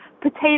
potato